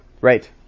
Right